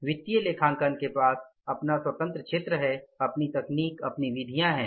वित्तीय लेखांकन का अपना स्वतंत्र क्षेत्र अपनी तकनीक अपनी विधियाँ हैं